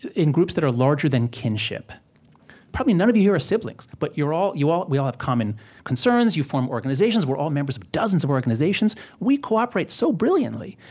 in groups that are larger than kinship probably none of you here are siblings, but you're all you all, we all have common concerns. you form organizations. we're all members of dozens of organizations. we cooperate so brilliantly,